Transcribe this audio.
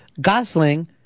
Gosling